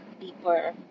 deeper